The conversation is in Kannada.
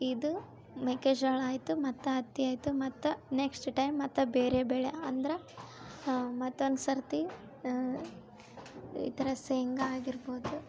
ಇದು ಮೆಕ್ಕೆಜೋಳ ಆಯಿತು ಮತ್ತೆ ಹತ್ತಿ ಆಯಿತು ಮತ್ತೆ ನೆಕ್ಸ್ಟ್ ಟೈಮ್ ಮತ್ತೆ ಬೇರೆ ಬೆಳೆ ಅಂದ್ರ ಮತ್ತೊಂದ್ಸರ್ತಿ ಈ ಥರ ಶೇಂಗ ಆಗಿರ್ಬೋದು